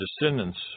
descendants